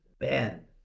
man